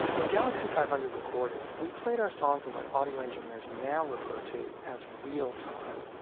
when galaxie five hundred recorded, we played our songs in what audio engineers now refer to as real-time.